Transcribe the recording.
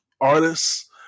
artists